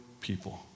people